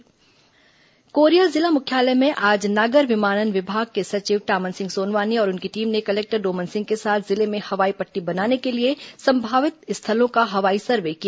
हवाई पट्टी अवलोकन कोरिया जिला मुख्यालय में आज नागर विमानन विभाग के सचिव टामन सिंह सोनवानी और उनकी टीम ने कलेक्टर डोमन सिंह के साथ जिले में हवाई पट्टी बनाने के लिए संभावित स्थलों का हवाई सर्वे किया